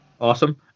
Awesome